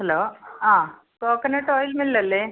hello ആ coconut oil മില്ലല്ലേ